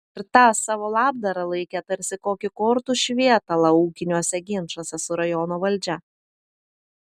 ir tą savo labdarą laikė tarsi kokį kortų švietalą ūkiniuose ginčuose su rajono valdžia